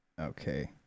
Okay